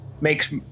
Makes